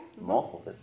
Multiple